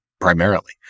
primarily